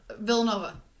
Villanova